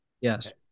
Yes